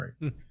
right